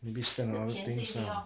maybe spend on other things lah